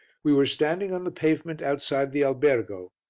we were standing on the pavement outside the albergo,